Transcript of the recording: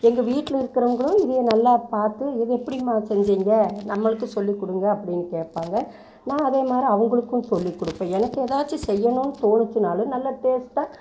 எங்கள் வீட்டில் இருக்கிறவுங்களும் இதையை நல்லா பார்த்து இது எப்படிம்மா செஞ்சுங்க நம்மளுக்கு சொல்லி கொடுங்க அப்படின்னு கேட்பாங்க நான் அதே மாரி அவங்களுக்கும் சொல்லி கொடுப்பேன் எனக்கு எதாச்சு செய்யணும்னு தோணுச்சுன்னாலும் நல்லா டேஸ்ட்டாக